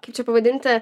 kaip čia pavadinti